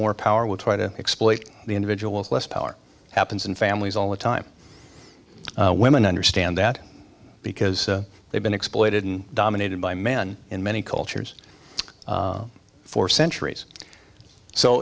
more power will try to exploit the individuals less power happens in families all the time women understand that because they've been exploited and dominated by men in many cultures for centuries so